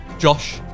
Josh